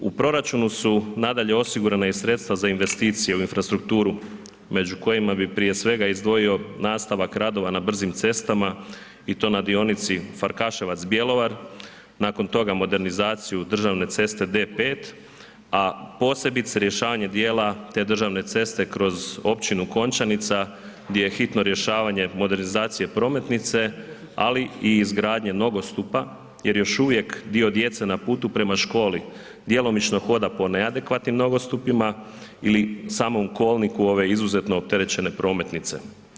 U proračunu su nadalje osigurana i sredstva za investicije u infrastrukturu među kojima bi prije svega izdvojio nastavak radova na brzim cestama i to na dionici Farkaševac-Bjelovar, nakon toga modernizaciju državne ceste B5, a posebice rješavanje djela te državne ceste kroz općinu Končanica gdje je hitno rješavanje modernizacije prometnice, ali i izgradnje nogostupa jer još uvijek dio djece na putu prema školi djelomično hoda po neadekvatnim nogostupima ili samom kolniku ove izuzetno opterećene prometnice.